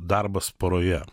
darbas poroje